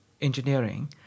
engineering